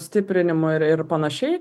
stiprinimu ir ir panašiai